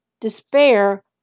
despair